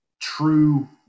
true